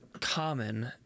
common